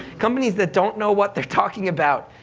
companies that don't know what they're talking about,